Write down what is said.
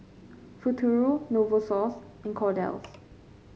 Futuro Novosource and Kordel's